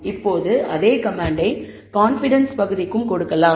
இப்போது அதே கமாண்டை கான்ஃபிடன்ஸ் பகுதிக்கும் கொடுக்கலாம்